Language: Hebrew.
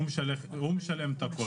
הוא משלם את הכול.